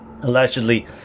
Allegedly